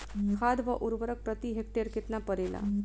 खाद व उर्वरक प्रति हेक्टेयर केतना परेला?